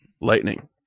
Lightning